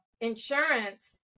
insurance